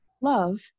love